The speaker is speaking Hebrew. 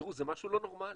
זה משהו לא נורמלי,